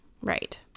Right